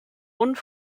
und